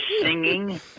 singing